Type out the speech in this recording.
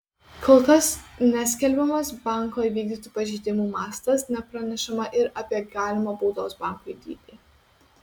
kol kas neskelbiamas banko įvykdytų pažeidimų mastas nepranešama ir apie galimą baudos bankui dydį